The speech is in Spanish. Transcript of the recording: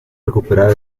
recuperada